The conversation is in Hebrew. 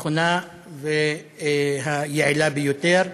הנכונה והיעילה ביותר,